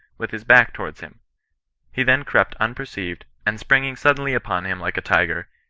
with his back towards him he then crept unperceived, and springing suddenly upon him like a tiger,